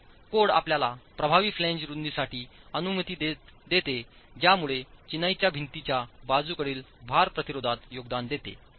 तर कोड आपल्याला प्रभावी फ्लॅंज रूंदीसाठी अनुमती देते ज्यामुळे चिनाईच्या भिंतीच्या बाजूकडील भार प्रतिरोधात योगदान देते